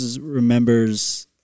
remembers